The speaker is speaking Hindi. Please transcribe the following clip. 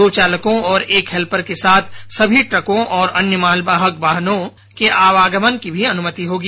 दो चालकों और एक हेल्पर के साथ सभी ट्रकों और अन्य मालवाहक वाहनों के आवागमन की भी अनुमति होगी